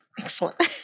excellent